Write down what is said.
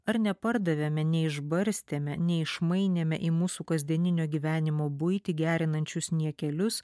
ar nepardavėme neišbarstėme neišmainėme į mūsų kasdieninio gyvenimo buitį gerinančius niekelius